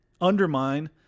undermine